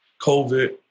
COVID